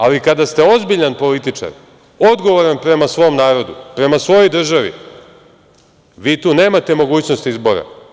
Ali kada ste ozbiljan političar, odgovoran prema svom narodu, prema svojoj državi, vi tu nemate mogućnost izbora.